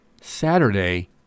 Saturday